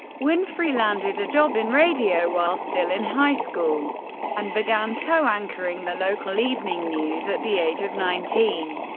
winfrey landed a job in radio while still in high school and began co-anchoring the local evening news at the age of nineteen.